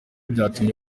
byatumye